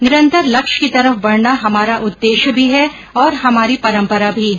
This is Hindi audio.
निरंतर लक्ष्य की तरफ बढ़ना हमारा उद्देश्य भी है और हमारी परम्परा भी है